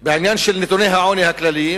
בעניין של נתוני העוני הכלליים,